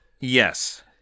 yes